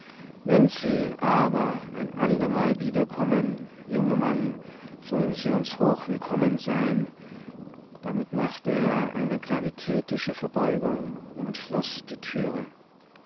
wenn sie aber ein andermal wiederkommen junger mann sollen sie uns hochwillkommen sein damit machte er eine gravitätische verbeugung und schloß die türe